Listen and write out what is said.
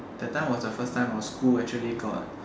that time was the first time our school actually got